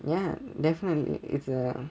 ya definitely it's uh